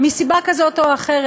מסיבה כזאת או אחרת,